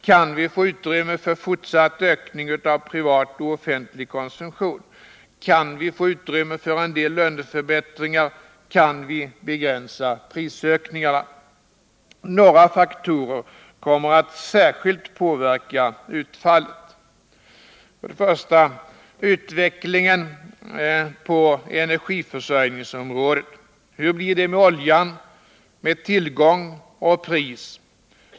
Kan vi få utrymme för fortsatt ökning av privat och offentlig konsumtion? Kan vi få utrymme för en del löneförbättringar? Kan vi begränsa prisökningarna? Några faktorer kommer att särskilt påverka utfallet: 1. Utvecklingen på energiförsörjningsområdet. Hur blir det med oljan, med tillgång och pris?